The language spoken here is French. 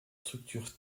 structures